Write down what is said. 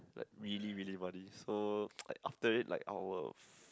like really really muddy so after it like our f~